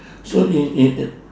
so in in in